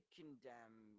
condemn